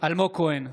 אלמוג כהן,